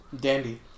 Dandy